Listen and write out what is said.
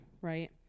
right